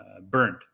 burned